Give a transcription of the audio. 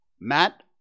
Matt